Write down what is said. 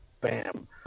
bam